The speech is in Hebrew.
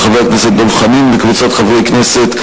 של חבר הכנסת דב חנין וקבוצת חברי הכנסת.